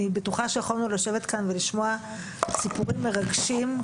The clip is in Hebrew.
אני בטוחה שיכולנו לשבת כאן ולשמוע סיפורים מרגשים,